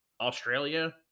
australia